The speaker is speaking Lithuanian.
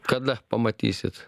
kada pamatysit